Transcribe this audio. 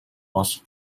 was